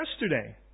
yesterday